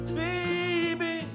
baby